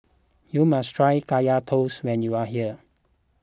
you must try Kaya Toast when you are here